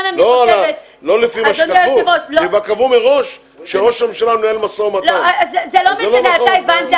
אני אגיד מה הנושא: משרד ראש הממשלה מנהל משא ומתן עם ממשלת